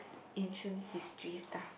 ancient history stuff